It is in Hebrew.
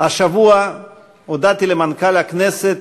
השבוע הודעתי למנכ"ל הכנסת,